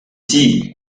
tea